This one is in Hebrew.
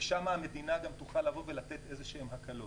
ושם המדינה גם תוכל לתת איזשהן הקלות.